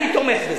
אני תומך בזה.